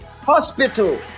Hospital